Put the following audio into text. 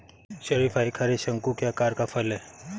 शरीफा एक हरे, शंकु के आकार का फल है